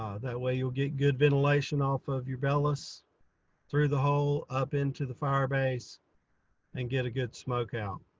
ah that way you'll get good ventilation off of your bellows through the hole up into the firebase and get a good smoke out.